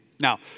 Now